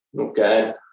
Okay